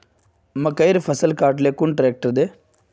मकईर फसल काट ले कुन ट्रेक्टर दे?